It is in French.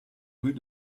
rues